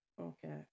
Okay